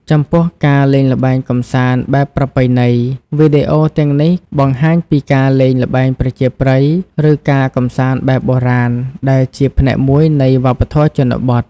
ចំពោះ ការលេងល្បែងកម្សាន្តបែបប្រពៃណី វីដេអូទាំងនេះបង្ហាញពីការលេង ល្បែងប្រជាប្រិយ ឬ ការកម្សាន្តបែបបុរាណ ដែលជាផ្នែកមួយនៃវប្បធម៌ជនបទ។